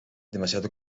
demasiado